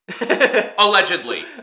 Allegedly